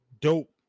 dope